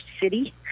city